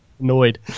annoyed